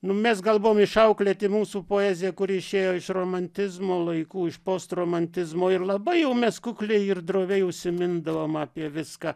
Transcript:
nu mes gal buvom išauklėti mūsų poezija kuri išėjo iš romantizmo laikų iš post romantizmo ir labai jau mes kukliai ir droviai užsimindavom apie viską